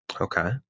okay